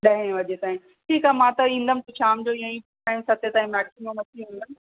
ॾहें वजे ताईं ठीकु आहे मां त ईंदमि पोइ शाम जो ईअं ई सते ताईं मैक्सीमम ईंदमि